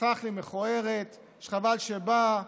סלח לי, מכוערת, שחבל שבאה